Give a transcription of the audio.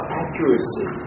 accuracy